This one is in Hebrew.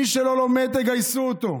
מי שלא לומד, תגייסו אותו.